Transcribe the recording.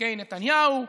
בתיקי נתניהו,